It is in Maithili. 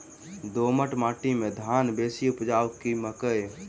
दोमट माटि मे धान बेसी उपजाउ की मकई?